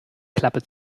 klappe